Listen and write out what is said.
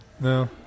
No